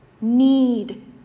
need